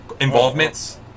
involvements